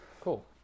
Cool